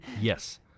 Yes